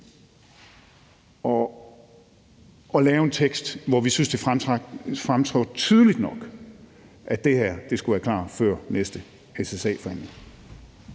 vedtagelsestekst, hvor vi synes at det fremtrådte tydeligt nok, at det her skulle være klar før næste SSA-forhandling.